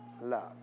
Love